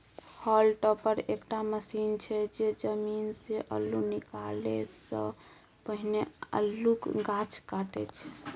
hall topper एकटा machine छै जे जमीनसँ अल्लु निकालै सँ पहिने अल्लुक गाछ काटय छै